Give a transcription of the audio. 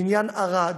בעניין ערד,